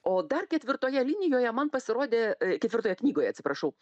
o dar ketvirtoje linijoje man pasirodė ketvirtoje knygoje atsiprašau